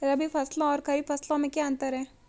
रबी फसलों और खरीफ फसलों में क्या अंतर है?